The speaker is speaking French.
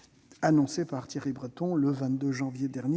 en orbite des satellites Galileo.